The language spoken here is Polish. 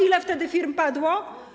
Ile wtedy firm padło?